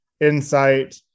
insight